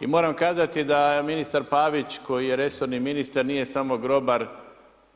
I moram kazati da ministar Pavić koji je resorni ministar nije samo grobar